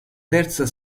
terza